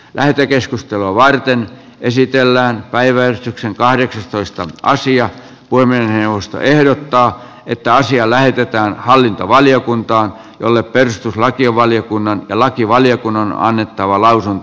lähetekeskustelua varten esitellään päiväystyksen kahdeksastoista asian puiminen puhemiesneuvosto ehdottaa että asia lähetetään hallintovaliokuntaan jolle perustuslakivaliokunnan ja lakivaliokunnan on annettava lausunto